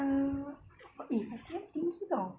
uh eh five C_M tinggi [tau]